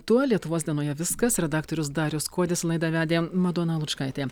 tuo lietuvos dienoje viskas redaktorius darius kuodis laidą vedė madona lučkaitė